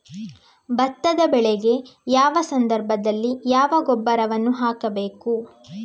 ಭತ್ತದ ಬೆಳೆಗೆ ಯಾವ ಸಂದರ್ಭದಲ್ಲಿ ಯಾವ ಗೊಬ್ಬರವನ್ನು ಹಾಕಬೇಕು?